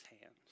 hands